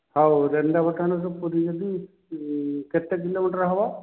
ହଉ ରେଣନ୍ଦାପାଟଣା ରୁ ପୁରୀ ଯଦି କେତେ କିଲୋମିଟର୍ ହେବ